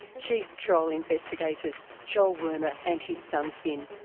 chief troll investigators joel werner and his son finn.